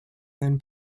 than